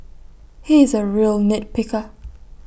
he is A real nit picker